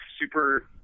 super